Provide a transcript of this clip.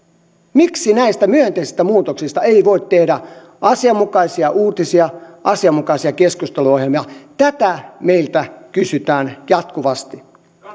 miksi näistä myönteisistä muutoksista ei voi tehdä asianmukaisia uutisia asianmukaisia keskusteluohjelmia tätä meiltä kysytään jatkuvasti